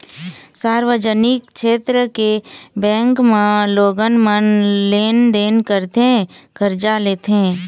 सार्वजनिक छेत्र के बेंक म लोगन मन लेन देन करथे, करजा लेथे